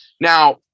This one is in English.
Now